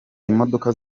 imodoka